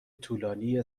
طولانی